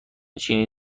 چینی